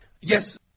Yes